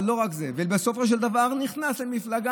אבל לא רק זה, בסופו של דבר הוא נכנס למפלגה